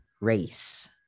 race